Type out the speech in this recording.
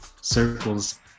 circles